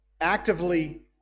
actively